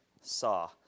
saw